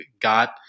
got